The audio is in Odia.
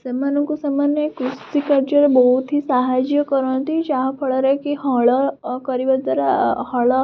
ସେମାନଙ୍କୁ ସେମାନେ କୃଷିକାର୍ଯ୍ୟରେ ବହୁତ ହି ସାହାଯ୍ୟ କରନ୍ତି ଯାହାଫଳରେ କି ହଳ ଅ କରିବା ଦ୍ୱାରା ହଳ